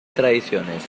tradiciones